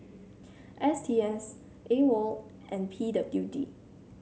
S T S AWOL and P W D